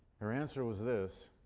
her answer was this